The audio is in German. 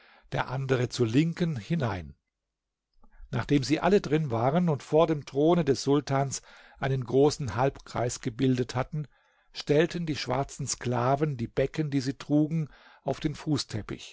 der andere zur linken hinein nachdem sie alle drin waren und vor dem throne des sultans einen großen halbkreis gebildet hatten stellten die schwarzen sklaven die becken die sie trugen auf den